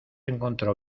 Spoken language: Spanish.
encontró